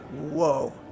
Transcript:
whoa